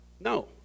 No